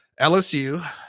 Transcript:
LSU